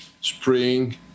spring